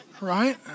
right